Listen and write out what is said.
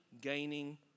gaining